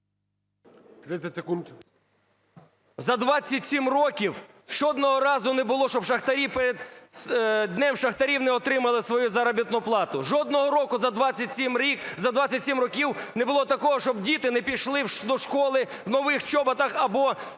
За 27 років жодного разу не було, щоб шахтарі перед Днем шахтарів не отримали свою заробітну плату. Жодного року за 27 років не було такого, щоб діти не пішли до школи в нових чоботах або з новими